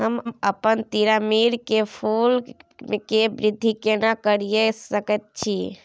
हम अपन तीरामीरा के फूल के वृद्धि केना करिये सकेत छी?